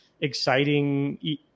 exciting